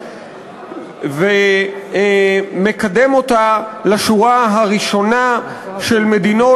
וזה מקדם אותה לשורה הראשונה של מדינות